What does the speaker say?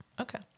Okay